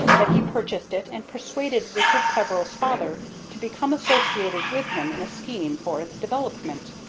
that he purchased it, and persuaded richard peveril's father to become associated with him in a scheme for its development.